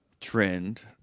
trend